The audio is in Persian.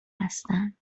هستند